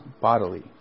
bodily